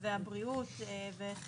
מתווה הבריאות ואיך